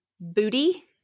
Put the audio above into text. booty